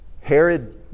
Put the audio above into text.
Herod